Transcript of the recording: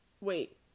wait